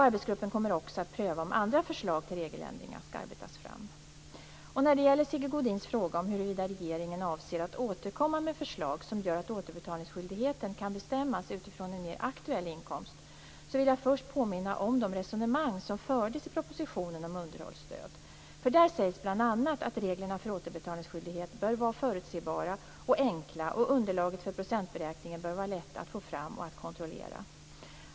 Arbetsgruppen kommer också att pröva om andra förslag till regeländringar skall arbetas fram. När det gäller Sigge Godins fråga om huruvida regeringen avser att återkomma med förslag som gör att återbetalningsskyldigheten kan bestämmas utifrån en mer aktuell inkomst vill jag först påminna om de resonemang som fördes i propositionen om underhållsstöd. Där sägs bl.a. att reglerna för återbetalningsskyldighet bör vara förutsebara och enkla och att underlaget för procentberäkningen bör vara lätt att få fram och att kontrollera.